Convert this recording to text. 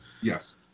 Yes